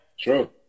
True